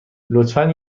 لطفا